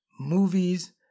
movies